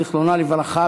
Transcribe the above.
זיכרונה לברכה,